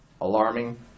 Alarming